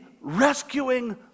rescuing